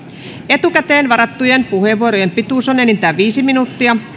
etukäteen varattujen puheenvuorojen pituus on enintään viisi minuuttia